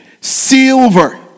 silver